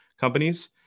companies